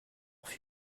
leurs